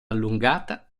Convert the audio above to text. allungata